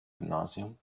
gymnasium